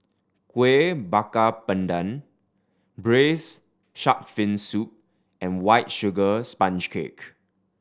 Kueh Bakar Pandan Braised Shark Fin Soup and White Sugar Sponge Cake